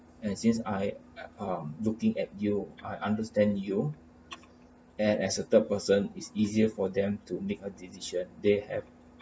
and since I um looking at you I understand you and as a third person is easier for them to make a decision they have